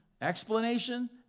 Explanation